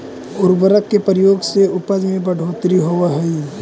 उर्वरक के प्रयोग से उपज में बढ़ोत्तरी होवऽ हई